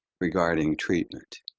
regarding treatment.